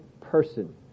person